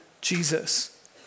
Jesus